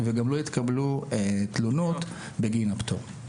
וגם לא התקבלו תלונות בגין הפטור.